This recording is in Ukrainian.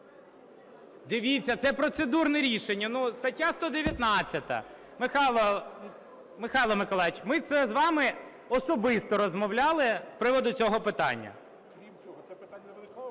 Дивіться, це процедурне рішення, стаття 119. Михайло Миколайович, ми це з вами особисто розмовляли з приводу цього питання.